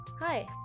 Hi